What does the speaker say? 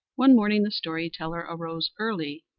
one morning the story-teller arose early,